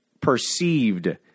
perceived